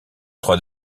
trois